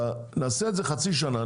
נעשה את זה חצי שנה,